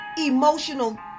emotional